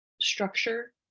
structure